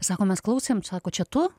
sako mes klausėm sako čia tu